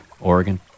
Oregon